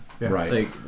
Right